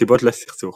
הסיבות לסכסוך